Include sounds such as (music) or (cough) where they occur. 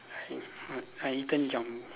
(noise) uh I eaten Jumbo